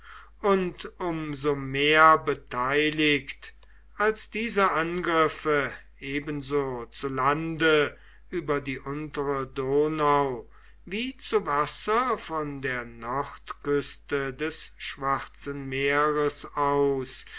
und um so mehr beteiligt als diese angriffe ebenso zu lande über die untere donau wie zu wasser von der nordküste des schwarzen meeres aus